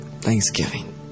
Thanksgiving